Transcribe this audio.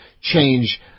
change